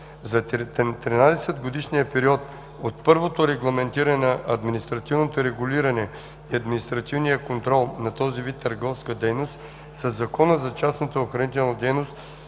За 13-годишния период от първото регламентиране на административното регулиране и административния контрол на този вид търговска дейност със Закона за частната охранителна дейност,